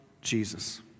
Jesus